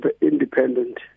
independent